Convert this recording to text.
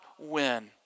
win